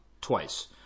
twice